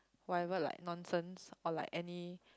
whatever like nonsenses or like any